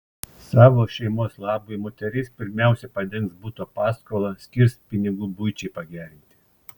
savo šeimos labui moteris pirmiausia padengs buto paskolą skirs pinigų buičiai pagerinti